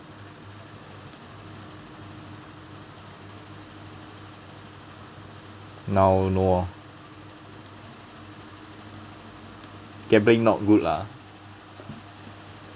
now no oh gambling not good ah